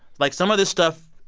like, some of this stuff,